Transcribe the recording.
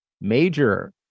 major